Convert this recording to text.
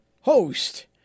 host